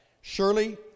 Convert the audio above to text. Surely